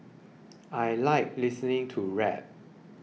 I like listening to rap